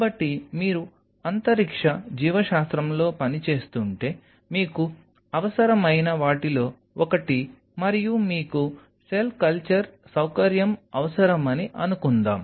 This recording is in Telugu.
కాబట్టి మీరు అంతరిక్ష జీవశాస్త్రంలో పని చేస్తుంటే మీకు అవసరమైన వాటిలో ఒకటి మరియు మీకు సెల్ కల్చర్ సౌకర్యం అవసరమని అనుకుందాం